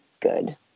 good